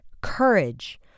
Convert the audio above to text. courage